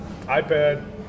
iPad